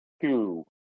Two